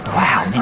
wow,